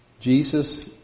Jesus